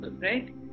right